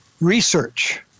research